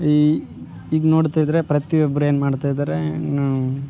ಈ ಈಗ ನೋಡ್ತಿದ್ರೆ ಪ್ರತಿಯೊಬ್ಬರು ಏನು ಮಾಡ್ತಾಯಿದ್ದಾರೆ ಏನು